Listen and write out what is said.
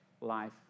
life